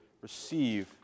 receive